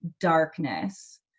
darkness